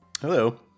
Hello